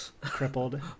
crippled